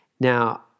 Now